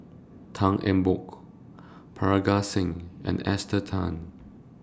Tan Eng Bock Parga Singh and Esther Tan